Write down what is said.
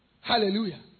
Hallelujah